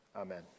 Amen